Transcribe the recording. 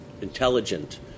intelligent